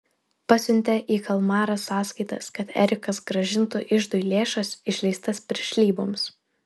pasiuntė į kalmarą sąskaitas kad erikas grąžintų iždui lėšas išleistas piršlyboms